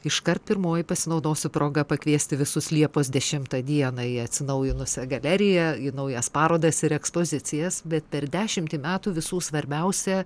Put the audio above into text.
iškart pirmoji pasinaudosiu proga pakviesti visus liepos dešimtą dieną į atsinaujinusią galeriją į naujas parodas ir ekspozicijas bet per dešimtį metų visų svarbiausia